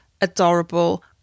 adorable